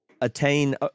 attain